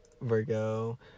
virgo